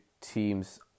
teams